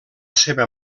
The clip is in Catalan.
seva